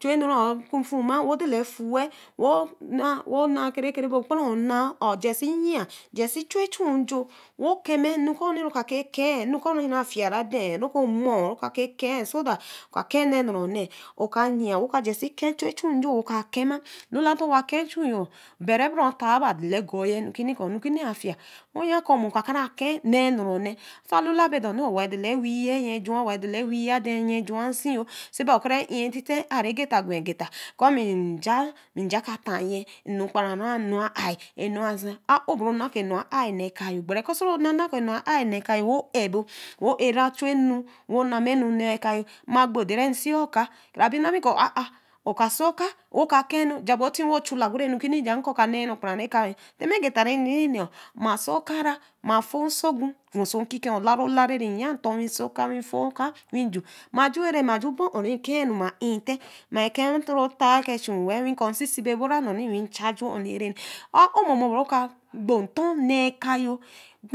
chu ɛnu re aw fulma we dela fu we naa krekere bor gbara be a aw naa a aw jasi yii jasi chu ɛchu re-jo wo kema ɛnu kuu re-ga gbare ɛke-e jasi chu n-jo we kamaa enun ku-u re oka ke be ke-e ɛnu kuu re afii re-aden re kuu omo re oka ke ɛke-e so that oka oke-e ne naa-re-oneh oka yi wo ka si chu ɛchu-jo wo ka kema a lula-ntorwa kee chuā obere bra otue ba dela ɛguoa kɔ̄ nu kune afii-i we ya kɔ̄ okakara kee nee innara-oneh so alula be-dor owa bre dala ɛwii nyii juu owa-a dela ɛwii aden nyii juu-u nsi sa ka aw ekera in ntete-e a-re gita gwe ɛgita okɔ mai nja ka ta-nyii ɛnu okporo-oh ɛ' ɛnu a ai a aw beri onaa kɔ̄ ɛnu āē nee ka-oh so re onaa kɔ̄ enu āē neeka-yo wo ɛbo wo ɛra chu-enu wo noama neh ka-oh, nma gbo ɛdere re sii oka wo ka keenu ja bo ti wo chu-la krabe-nu kune-jah nkɔ̄ ka nee okporu-u ɛnu-ka-yo tema egita nneneh ma si oka-ra ma foo nsogu we so nkiken olari olari yaa ntor we si oka we nfoo oka we juu ma juu aā ma ju gwa on re keenu ma in-ntete mai ken otoru otae ke-ɛchu-wel we kɔ si sebe ɛboo-re we ncha-ju-oni aā a-aw mumu bere ke oka gbo